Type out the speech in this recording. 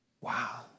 Wow